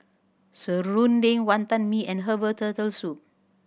serunding Wantan Mee and herbal Turtle Soup